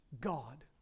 God